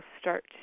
start